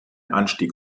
anstieg